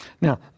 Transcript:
Now